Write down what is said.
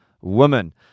woman